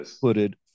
footed